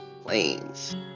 planes